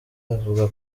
avuga